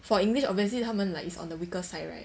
for english obviously 他们 like it's on the weaker side right